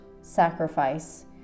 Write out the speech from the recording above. sacrifice